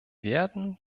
werden